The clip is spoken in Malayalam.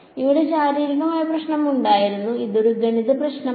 ഇവിടെ ശാരീരിക പ്രശ്നമുണ്ടായിരുന്നു ഇതൊരു ഗണിത പ്രശ്നമാണ്